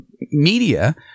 media